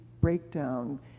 breakdown